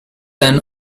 ten